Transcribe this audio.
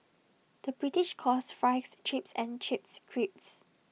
the British calls Fries Chips and Chips Crisps